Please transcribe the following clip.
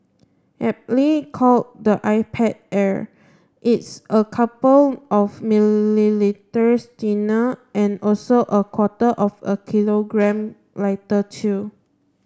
aptly called the iPad Air it's a couple of millimetres thinner and also a quarter of a kilogram lighter too